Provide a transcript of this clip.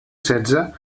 setze